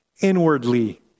inwardly